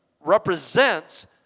represents